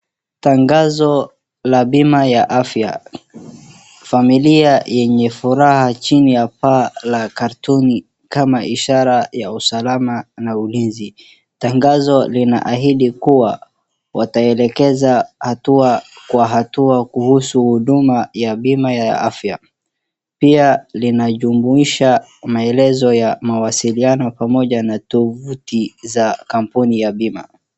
Tangazo la bima ya afya. Familia yenye furaha chini ya paa la carton kama ishara ya usalama na ulinzi. Tangazo linaahidi kuwa wataelekeza hatua kwa hatua kuhusu huduma ya bima ya afya. Pia linajumuisha maelezo ya mawasaliano pamoja na tovuti za kampuni ya bima.